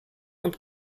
und